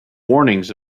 warnings